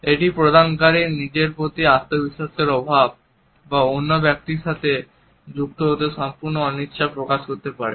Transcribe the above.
এটি প্রদানকারীদের নিজের প্রতি আত্মবিশ্বাসের অভাব বা অন্য ব্যক্তির সাথে যুক্ত হতে সম্পূর্ণ অনিচ্ছা প্রকাশ করতে পারে